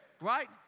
Right